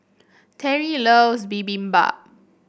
Terrie loves Bibimbap